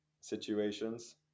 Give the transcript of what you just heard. situations